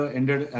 ended